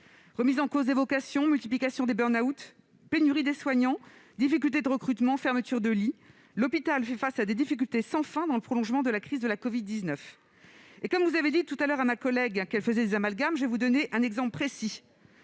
Remise en cause des vocations, multiplication des burn-out, pénurie de soignants, difficultés de recrutement ou encore fermetures de lit : l'hôpital fait face à des difficultés sans fin, dans le prolongement de la crise de la covid-19. Puisque vous avez dit à ma collègue Florence Lassarade qu'elle faisait des amalgames, je vais vous donner un exemple précis,